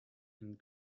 and